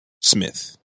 Smith